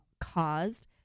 caused